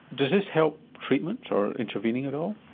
does this help treatment or intervening at all?